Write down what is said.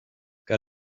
got